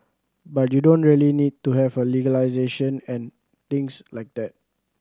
but you don't really need to have a legislation and things like that